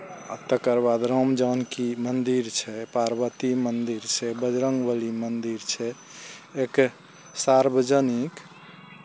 तकर बाद राम जानकी मन्दिर छै पार्वती मन्दिर छै बजरङ्गबली मन्दिर छै एके सार्वजनिक